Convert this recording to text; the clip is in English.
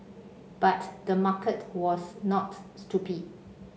but the market was not stupid